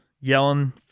yelling